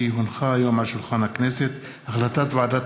כי הונחה היום על שולחן הכנסת החלטת ועדת